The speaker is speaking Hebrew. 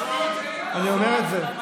אני אומר את זה.